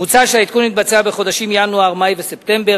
מוצע שהעדכון יתבצע בחודשים ינואר, מאי וספטמבר.